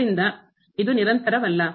ಆದ್ದರಿಂದ ಇದು ನಿರಂತರವಲ್ಲ